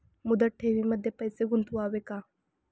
मुदत ठेवींमध्ये पैसे गुंतवावे का?